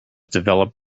developed